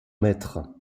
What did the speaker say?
maître